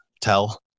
tell